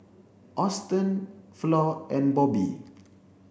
Auston Flor and Bobbi